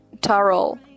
taro